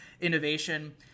innovation